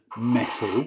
Metal